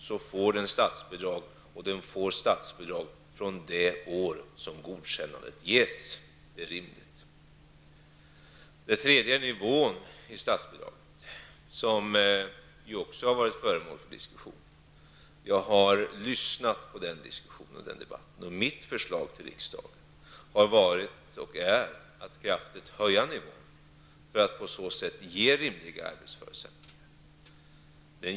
Det bör vara så att en skola skall få statsbidrag fr.o.m. det år då godkännandet ges. För det tredje har nivån på statsbidraget varit föremål för diskussion. Jag har lyssnat på den debatten, och mitt förslag till riksdagen är att nivån skall höjas kraftigt för att skolorna på så sätt skall få rimliga arbetsförutsättningar.